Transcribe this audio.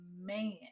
man